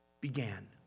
began